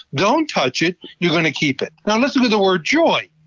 don't touch it, you're going to keep it. now, listen to the word joy,